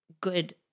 good